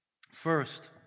First